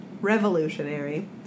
Revolutionary